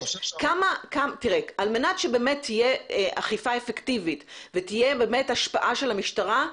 על מנת שבאמת תהיה אכיפה אפקטיבית ותהיה השפעה של המשטרה,